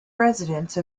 residence